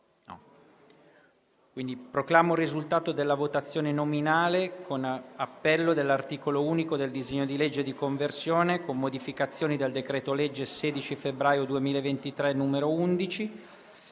Proclamo il risultato della votazione nominale con appello dell'articolo unico del disegno di legge n. 636, di conversione in legge, con modificazioni, del decreto-legge 16 febbraio 2023, n. 11,